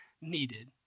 needed